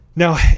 Now